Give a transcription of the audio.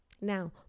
Now